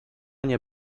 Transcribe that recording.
nie